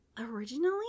originally